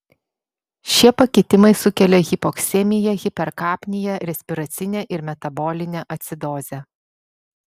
šie pakitimai sukelia hipoksemiją hiperkapniją respiracinę ir metabolinę acidozę